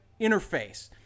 interface